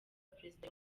perezida